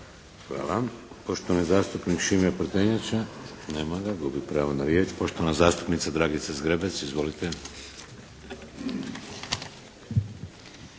Hvala. Poštovani zastupnik Šime Prtenjača. Nema ga. Gubi pravo na riječ. Poštovana zastupnica Dragica Zgrebec. Izvolite.